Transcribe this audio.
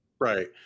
Right